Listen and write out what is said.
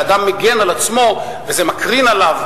שאדם מגן על עצמו וזה מקרין עליו,